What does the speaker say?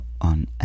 on